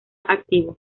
activo